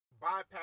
bypass